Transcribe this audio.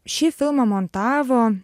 šį filmą montavo